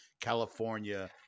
California